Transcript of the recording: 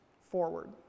forward